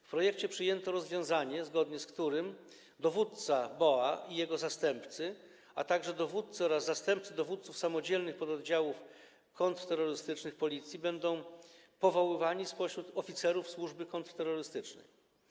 W projekcie przyjęto rozwiązanie, zgodnie z którym dowódca BOA i jego zastępcy, a także dowódcy oraz zastępcy dowódców samodzielnych pododdziałów kontrterrorystycznych Policji będą powoływani spośród oficerów służby kontrterrorystycznej.